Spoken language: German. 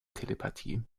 telepathie